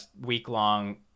week-long